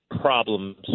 problems